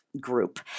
group